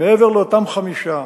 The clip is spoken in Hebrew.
מעבר לאותם חמישה,